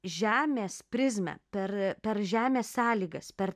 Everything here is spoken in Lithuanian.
žemės prizmę per per žemės sąlygas per